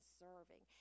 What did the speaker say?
serving